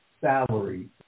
salary